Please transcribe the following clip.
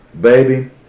baby